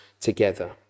together